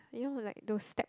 you know like those step